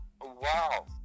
wow